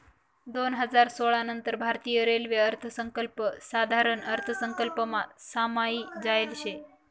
दोन हजार सोळा नंतर भारतीय रेल्वे अर्थसंकल्प साधारण अर्थसंकल्पमा समायी जायेल शे